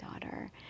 daughter